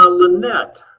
ah lynette.